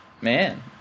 man